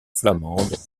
flamande